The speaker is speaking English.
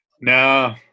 No